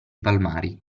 palmari